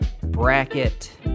Bracket